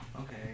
Okay